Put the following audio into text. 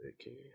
Okay